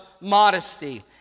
modesty